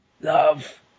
love